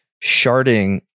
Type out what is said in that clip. Sharding